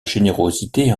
générosité